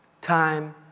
time